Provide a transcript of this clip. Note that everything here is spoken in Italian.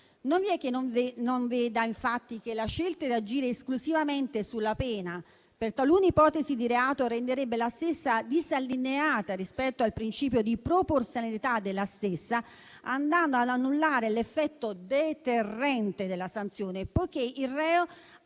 Non vi è chi non veda, infatti, che la scelta di agire esclusivamente sulla pena per talune ipotesi di reato renderebbe la stessa disallineata rispetto al principio di proporzionalità della stessa, andando ad annullare l'effetto deterrente della sanzione, poiché il reo